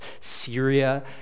Syria